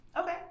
okay